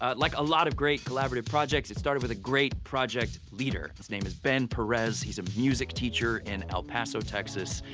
ah like a lot of great collaborative projects, it started with a great project leader. his name is ben perez he's a music teacher in el paso, texas,